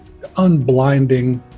unblinding